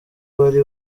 bari